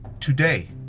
today